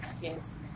kids